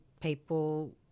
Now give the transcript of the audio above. people